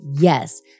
Yes